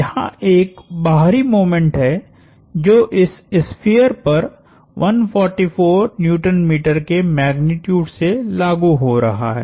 यहाँ एक बाहरी मोमेंट है जो इस स्फीयर पर 144 NM के मैग्नीट्यूड से लागु हो रहा है